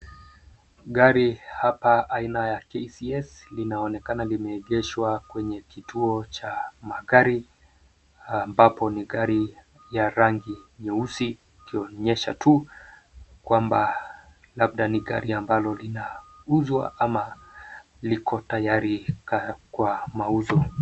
Gari hapa aina ya KCS linaonekana limeegeshwa kwenye kituo cha magari ambapo ni gari ya rangi nyeusi ikionyesha tu kwamba labda ni gari ambalo linauzwa ama liko tayari kwa mauzo.